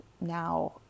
now